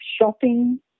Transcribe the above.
shopping